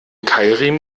keilriemen